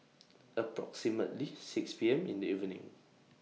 approximately six P M in The evening